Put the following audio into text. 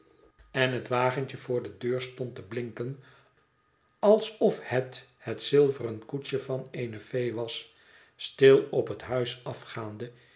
en het wagentje voor de ds qrooté vacantië deur stond te blinken alsof het het zilveren koetsje van eene fee was stil op het huis afgaande